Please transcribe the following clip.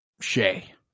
Shay